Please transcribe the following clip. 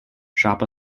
shop